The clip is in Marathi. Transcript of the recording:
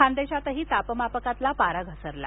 खान्देशातही तापमापकातला पारा घसरला